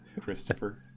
Christopher